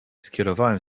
skierowałem